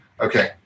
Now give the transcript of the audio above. Okay